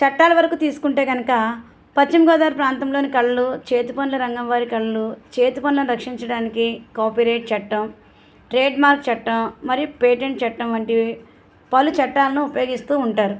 చట్టాల వరకు తీసుకుంటే గనుక పశ్చిమగోదావరి ప్రాంతంలోని కళలు చేతిపనుల రంగం వారి కళలు చేతిపనులను రక్షించడానికి కాపిరేట చట్టం ట్రేడ్మార్క్ చట్టం మరియు పేటెంట్ చట్టం వంటివి పలు చట్టాలను ఉపయోగిస్తూ ఉంటారు